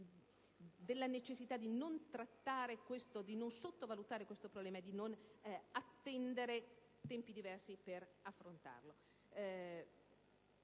della necessità di non sottovalutare questo problema e di non attendere tempi diversi per affrontarlo.